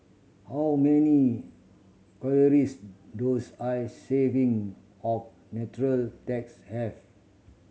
how many calories does I serving of nutella tarts have